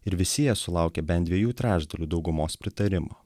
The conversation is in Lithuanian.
ir visi jie sulaukė bent dviejų trečdalių daugumos pritarimo